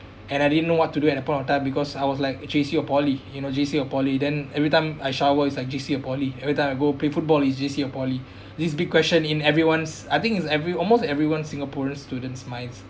and I didn't know what to do at the point of time because I was like J_C or poly you know J_C or poly then every time I shower is like J_C or poly every time I go play football is J_C or poly these big question in everyone's I think it's every almost everyone singaporean students' minds